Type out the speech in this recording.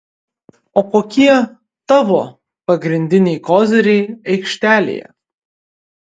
o kokie tavo pagrindiniai koziriai aikštelėje